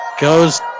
Goes